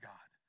God